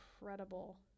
incredible